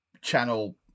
channel